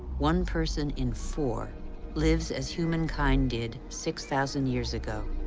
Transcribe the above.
one person in four lives as humankind did six thousand years ago,